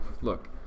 look